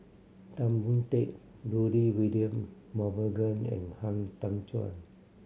Tan Boon Teik Rudy William Mosbergen and Han Tan Juan